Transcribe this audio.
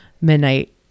Midnight